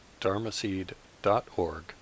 dharmaseed.org